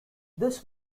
this